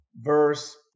verse